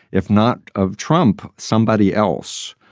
if not of trump somebody else,